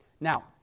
Now